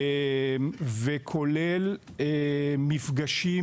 וכולל מפגשים,